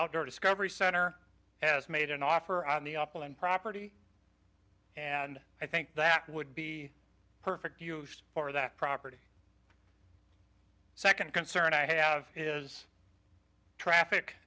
outdoor discovery center has made an offer on the upland property and i think that would be perfect for that property second concern i have is traffic